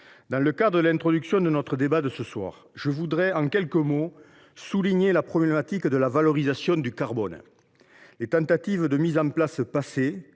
Dans le cadre de l’introduction de notre débat de ce soir, je voudrais en quelques mots souligner la problématique de la valorisation du carbone. Les tentatives de mise en place passées